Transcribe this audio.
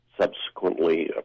subsequently